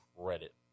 credit